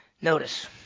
Notice